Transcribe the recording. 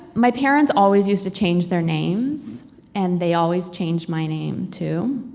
my parents always used to change their names and they always change my name too,